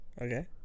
Okay